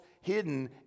hidden